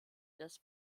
des